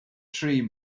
tree